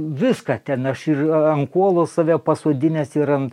viską ten aš ir ant kuolo save pasodinęs ir ant